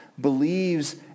believes